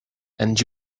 and